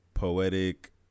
poetic